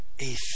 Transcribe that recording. A